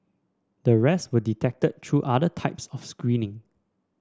the rest were detected through other types of screening